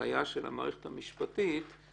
הנחייה של המערכת הצבאית,